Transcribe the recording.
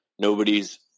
nobody's